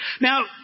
Now